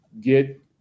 get